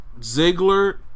Ziggler